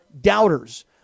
doubters